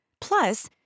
Plus